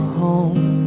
home